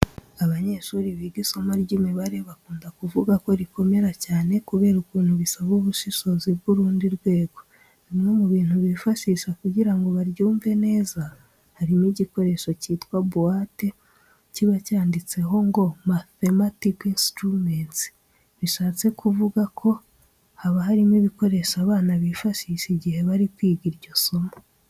Abanyeshuri biga isomo ry'imibare bakunda kuvuga ko rikomera cyane kubera ukuntu isaba ubushishozi bw'urundi rwego. Bimwe mu bintu bifashisha kugira ngo baryumve neza, harimo igikoresho cyitwa buwate kiba cyanditseho ngo mathematical instruments, bishatse kuvuga ko haba harimo ibikoresho abana bifashisha igihe bari kwiga iryo somo.